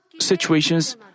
situations